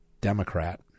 Democrat